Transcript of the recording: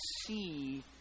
see